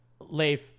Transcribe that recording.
Leif